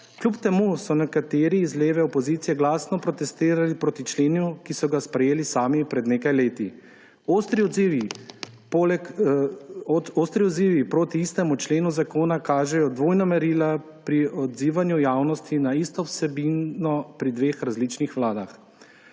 Kljub temu so nekateri iz leve opozicije glasno protestirali proti členu, ki so ga sprejeli sami pred nekaj leti. Ostri odzivi proti istemu členu zakona kažejo dvojna merila pri odzivanju javnosti na isto vsebino pri dveh različnih vladah.